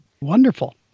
Wonderful